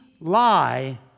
lie